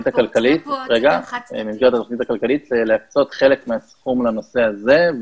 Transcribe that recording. הכלכלית להקצות חלק מהסכום לנושא הזה,